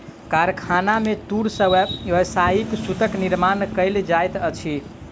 कारखाना में तूर से व्यावसायिक सूतक निर्माण कयल जाइत अछि